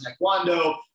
taekwondo